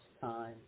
time